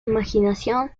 imaginación